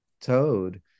toad